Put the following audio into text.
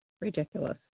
ridiculous